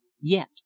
Yet